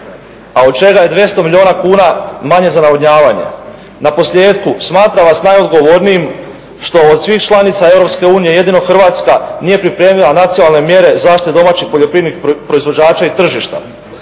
a od čega je 200 milijuna kuna manje za navodnjavanje. Naposljetku, smatram vas najodgovornijim što od svih članica EU jedino Hrvatska nije pripremila nacionalne mjere zaštite domaćih poljoprivrednih proizvođača i tržišta